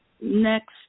next